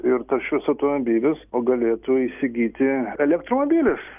ir taršius automobilius o galėtų įsigyti elektromobilius